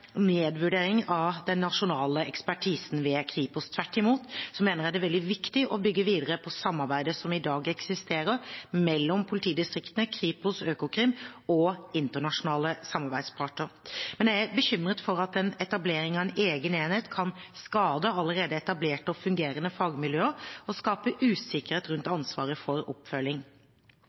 av den nasjonale ekspertisen ved Kripos. Tvert imot mener jeg det er veldig viktig å bygge videre på samarbeidet som i dag eksisterer mellom politidistriktene, Kripos, Økokrim og internasjonale samarbeidsparter. Men jeg er bekymret for at etablering av en egen enhet kan skade allerede etablerte og fungerende fagmiljøer og skape usikkerhet rundt ansvaret for oppfølging.